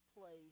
place